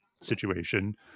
situation